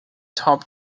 top